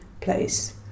place